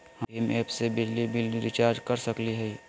हम भीम ऐप से बिजली बिल रिचार्ज कर सकली हई?